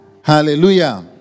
Hallelujah